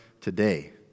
today